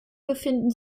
befinden